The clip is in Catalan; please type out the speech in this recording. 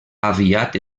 aviat